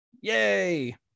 yay